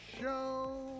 Show